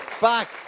Back